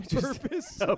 purpose